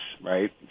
right